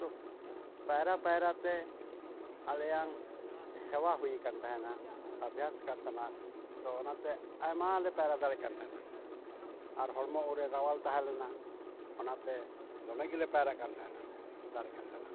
ᱛᱚ ᱯᱟᱭᱨᱟ ᱯᱟᱭᱨᱟ ᱛᱮ ᱟᱞᱮᱭᱟᱝ ᱦᱮᱣᱟ ᱦᱩᱭ ᱠᱟᱱ ᱛᱟᱦᱮᱱᱟ ᱟᱵᱽᱵᱷᱮᱭᱟᱥ ᱟᱠᱟᱱ ᱛᱟᱦᱮᱱᱟ ᱛᱚ ᱚᱱᱟᱛᱮ ᱟᱭᱢᱟ ᱞᱮ ᱯᱟᱭᱨᱟ ᱫᱟᱲᱮᱜ ᱠᱟᱱ ᱛᱟᱦᱮᱱᱟ ᱟᱨ ᱦᱚᱲᱢᱚ ᱩᱱᱨᱮ ᱨᱟᱣᱟᱞ ᱛᱟᱦᱮᱸ ᱞᱮᱱᱟ ᱚᱱᱟᱛᱮ ᱫᱚᱢᱮᱜᱮᱞᱮ ᱯᱟᱭᱨᱟᱜ ᱠᱟᱱ ᱛᱟᱦᱮᱱᱟ ᱫᱟᱲᱮᱜ ᱠᱟᱱ ᱛᱟᱦᱮᱱᱟ